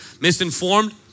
misinformed